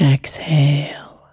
Exhale